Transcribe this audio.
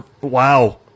Wow